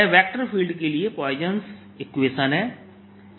यह vector field के लिए पॉइसन इक्वेशनPoisson's Equation है